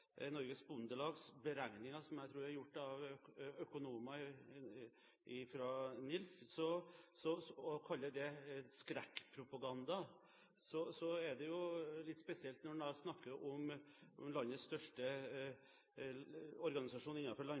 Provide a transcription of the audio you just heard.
Norges Bondelags beregninger, som jeg tror er gjort av økonomer fra NILF, som «skrekkpropaganda», er litt spesielt når en snakker om landets største organisasjon